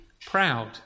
proud